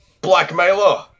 blackmailer